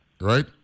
Right